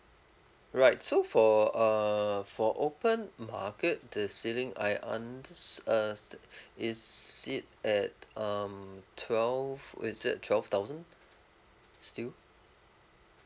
right so for uh for open market this ceiling I unders~ uh is it at um twelve is it twelve thousand still